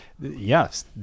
yes